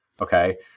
Okay